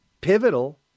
Pivotal